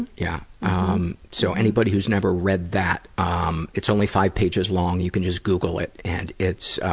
yeah um so anybody who's never read that um it's only five pages long, you can just google it. and it's